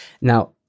Now